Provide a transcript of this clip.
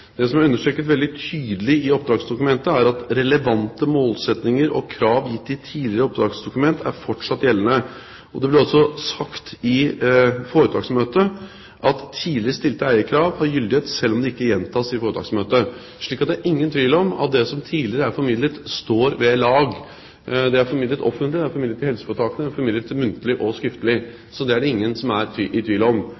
Det som er understreket veldig tydelig i oppdragsdokumentet, er at relevante målsettinger og krav gitt i tidligere oppdragsdokumenter fortsatt er gjeldende. Det ble også sagt i foretaksmøtet at tidligere stilte eierkrav har gyldighet selv om de ikke gjentas i foretaksmøtet. Så det er ingen tvil om at det som tidligere er formidlet, står ved lag. Det er formidlet offentlig, det er formidlet til helseforetakene, og det er formidlet muntlig og skriftlig.